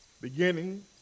beginning